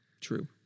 true